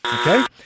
Okay